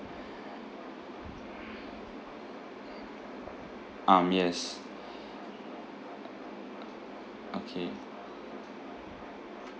um yes okay